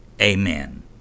Amen